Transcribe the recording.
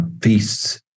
feasts